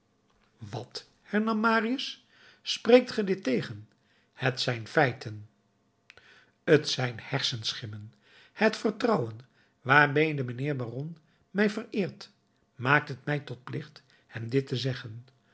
wat hernam marius spreekt ge dit tegen het zijn feiten t zijn hersenschimmen het vertrouwen waarmede mijnheer de baron mij vereert maakt het mij tot plicht hem dit te zeggen